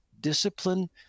discipline